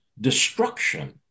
destruction